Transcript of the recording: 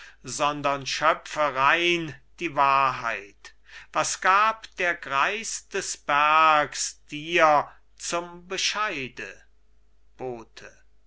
sondern schöpfe rein die wahrheit was gab der greis des bergs dir zum bescheide bote